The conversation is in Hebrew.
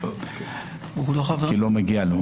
כי לא מגיע לו,